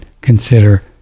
consider